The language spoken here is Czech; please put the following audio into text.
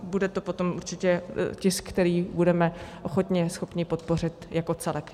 Bude to potom určitě tisk, který budeme hodně schopni podpořit jako celek.